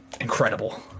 incredible